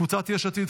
קבוצת סיעת יש עתיד,